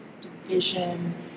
division